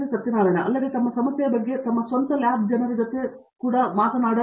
Satyanarayana N Gummadi ಅಲ್ಲದೆ ತಮ್ಮ ಸಮಸ್ಯೆಯ ಬಗ್ಗೆ ತಮ್ಮ ಸ್ವಂತ ಲ್ಯಾಬ್ ಜನರ ಜೊತೆ ಕೂಡ ಮಾತನಾಡಬೇಡಿ